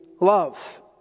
love